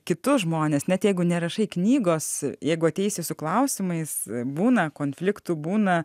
kitus žmones net jeigu nerašai knygos jeigu ateisi su klausimais būna konfliktų būna